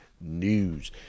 news